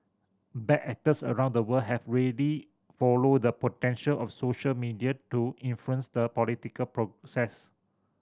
bad actors around the world have really followed the potential of social media to influence the political process